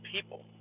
people